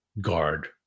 guard